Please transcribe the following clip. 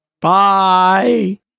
Bye